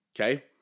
Okay